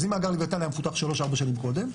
אז אם מאגר לוויתן היה מפותח 3-4 שנים קודם,